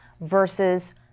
versus